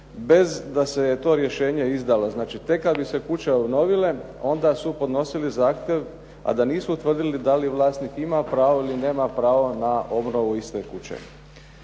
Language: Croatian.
bez da se je to rješenje izdalo. Znači, tek kad bi se kuće obnovile onda su podnosili zahtjev, a da nisu utvrdili da li vlasnik ima pravo ili nema pravo na obnovu iste kuće.